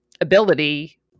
ability